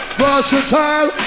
versatile